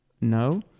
no